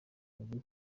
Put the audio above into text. avuye